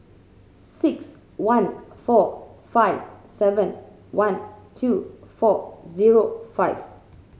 six one four five seven one two four zero five